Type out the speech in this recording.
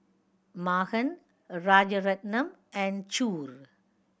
Mahan Rajaratnam and Choor